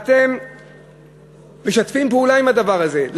ואתם משתפים פעולה עם הדבר הזה.